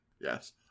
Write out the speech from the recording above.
Yes